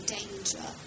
danger